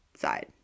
side